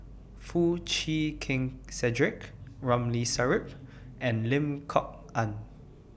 Foo Chee Keng Cedric Ramli Sarip and Lim Kok Ann